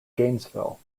gainesville